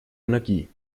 energie